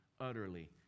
utterly